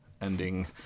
ending